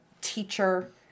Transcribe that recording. teacher